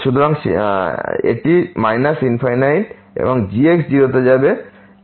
সুতরাং এটি ∞ এবং g 0 তে যাবে 0 ×∞ ফর্ম